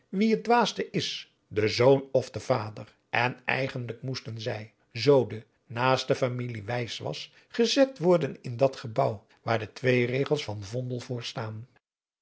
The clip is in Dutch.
wie het dwaasste is de zoon of de vader en eigenlijk moesten zij zoo de naaste familie wijs was gezet worden in dat gebouw waar de twee regels van vondel voorstaan